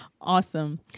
Awesome